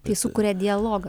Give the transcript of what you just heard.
tai sukuria dialogą